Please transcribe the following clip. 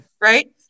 Right